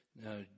now